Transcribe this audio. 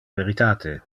veritate